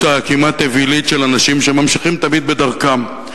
הכמעט-אווילית של אנשים שממשיכים תמיד בדרכם.